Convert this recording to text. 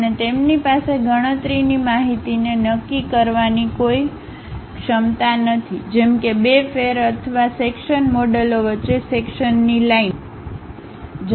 અને તેમની પાસે ગણતરીની માહિતીને નક્કી કરવાની કોઈ ક્ષમતા નથી જેમ કે બે ફેર અથવા સેક્શન મોડલ વચ્ચે સેક્શનની લાઈન